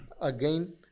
again